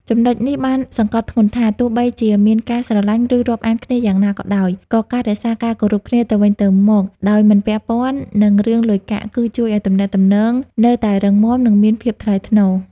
ចំណុចនេះបានសង្កត់ធ្ងន់ថា ទោះបីជាមានការស្រឡាញ់ ឬរាប់អានគ្នាយ៉ាងណាក៏ដោយ ក៏ការរក្សាការគោរពគ្នាទៅវិញទៅមកដោយមិនពាក់ព័ន្ធនឹងរឿងលុយកាក់ គឺជួយឲ្យទំនាក់ទំនងនៅតែរឹងមាំ និងមានភាពថ្លៃថ្នូរ។